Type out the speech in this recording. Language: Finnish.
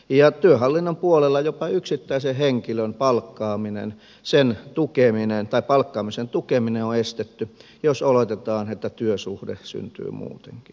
ja työhallinnon puolella jopa yksittäisen henkilön palkkaamisen tukeminen on estetty jos oletetaan että työsuhde syntyy muutenkin